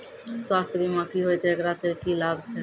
स्वास्थ्य बीमा की होय छै, एकरा से की लाभ छै?